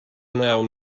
now